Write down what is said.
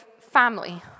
family